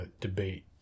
debate